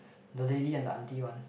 the lady and the auntie one